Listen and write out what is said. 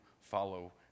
follow